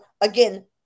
again